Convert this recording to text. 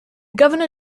governor